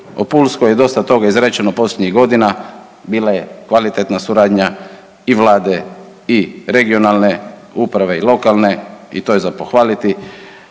O pulskoj je dosta toga izrečeno posljednjih godina, bila je kvalitetna suradnja i Vlade i regionalne uprave i lokalne i to je za pohvaliti,